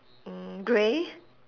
mm grey